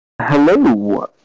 Hello